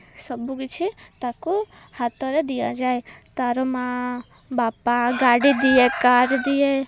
ସବୁକିଛି ତାକୁ ହାତରେ ଦିଆଯାଏ ତା'ର ମା' ବାପା ଗାଡ଼ି ଦିଏ କାର୍ ଦିଏ